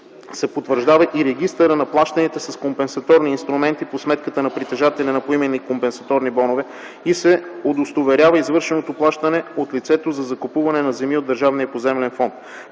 се потвърждават и регистрират на плащанията с компенсаторни инструменти по сметката на притежателя на поименни компенсаторни бонове и се удостоверява извършеното плащане от лицето за закупуване на земи от Държавния поземлен фонд.